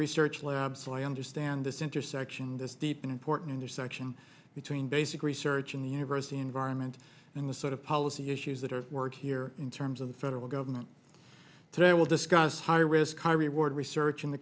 research lab so i understand this intersection this deep and important or section between basic research in the university environment and the sort of policy issues that are work here in terms of the federal government today i will discuss high risk high reward research in the